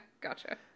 Gotcha